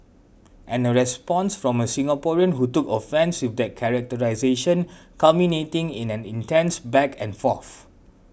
and a response from a Singaporean who took offence with that characterisation culminating in an intense back and forth